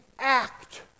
act